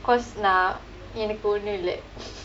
because நான் எனக்கு ஒண்ணுமில்லை:naan enakku onnumillai